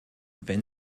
wenn